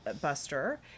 Buster